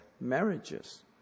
marriages